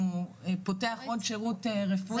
אם הוא פותח עוד שירות רפואי,